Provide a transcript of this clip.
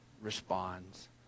responds